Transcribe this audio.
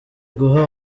guha